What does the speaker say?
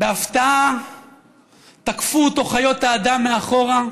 בהפתעה תקפו אותו חיות האדם מאחורה,